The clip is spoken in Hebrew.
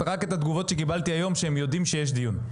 רק את התגובות שקיבלתי היום שהם יודעים שיש דיון.